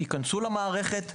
ייכנסו למערכת המצלמות,